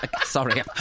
Sorry